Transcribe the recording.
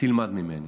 תלמד ממני.